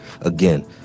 Again